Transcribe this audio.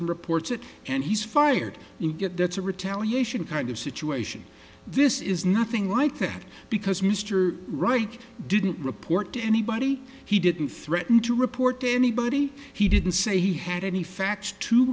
and reports it and he's fired you get that's a retaliation kind of situation this is nothing like that because mr reich didn't report to anybody he didn't threaten to report to anybody he didn't say he had any facts to